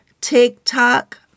TikTok